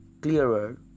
clearer